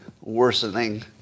worsening